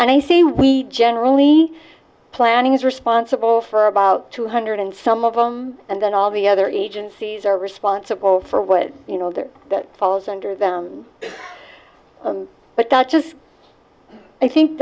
and i say we generally planning is responsible for about two hundred some of them and then all the other agencies are responsible for what you know there that falls under them but not just i think